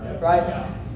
right